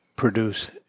produce